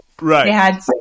Right